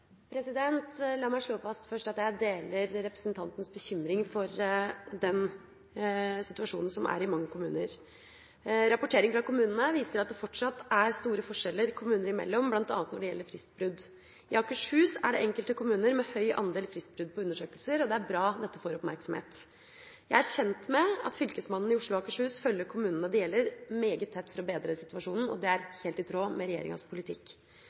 La meg først slå fast at jeg deler representanten Ulfstens bekymring for situasjonen i mange kommuner. Rapportering fra kommunene viser at det fortsatt er store forskjeller kommuner imellom bl.a. når det gjelder fristbrudd. I Akershus er det enkelte kommuner med høy andel fristbrudd på undersøkelser. Det er bra at dette får oppmerksomhet. Jeg er kjent med at Fylkesmannen i Oslo og Akershus følger kommunene det gjelder meget tett for å bedre situasjonen, og det er helt i tråd med regjeringas politikk.